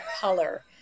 color